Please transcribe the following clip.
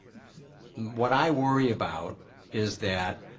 what i worry about is that